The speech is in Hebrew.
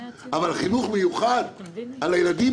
אבל חינוך מיוחד על הילדים